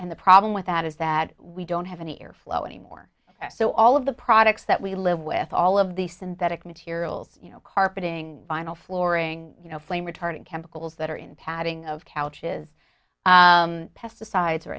and the problem with that is that we don't have any airflow anymore so all of the products that we live with all of these synthetic materials you know carpeting vinyl flooring you know flame retardant chemicals that are in padding of couches pesticides or